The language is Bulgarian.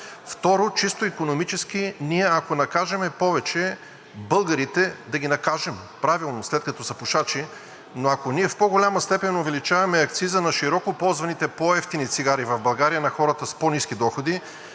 Второ, чисто икономически ние, ако накажем повече българите, да ги накажем, правилно, след като са пушачи, но ако ние в по-голяма степен увеличаваме акциза на широко ползваните по-евтини цигари в България, на хората с по-ниски доходи,